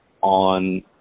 on